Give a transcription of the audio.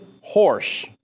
horse